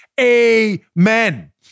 Amen